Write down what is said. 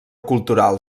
cultural